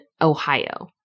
Ohio